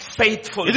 faithful